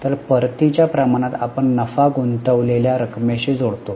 तर परतीच्या प्रमाणात आपण नफा गुंतवलेल्या रकमेशी जोडतो